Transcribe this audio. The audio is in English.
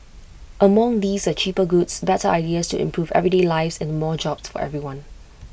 among these are cheaper goods better ideas to improve everyday lives and more jobs for everyone